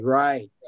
right